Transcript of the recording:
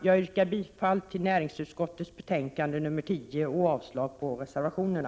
Jag yrkar bifall till hemställan i näringsutskottets betänkande 10 och avslag på reservationerna.